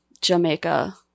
Jamaica